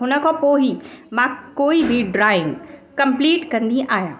हुन खां पोइ ई मां कोई बि ड्राइंग कंप्लीट कंदी आहियां